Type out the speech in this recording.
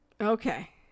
okay